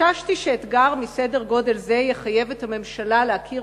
חששתי שאתגר מסדר גודל זה יחייב את הממשלה להכיר